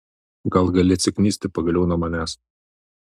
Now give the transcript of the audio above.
gal gali atsiknisti pagaliau nuo manęs